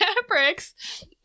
Fabrics